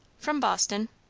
from boston.